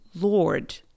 lord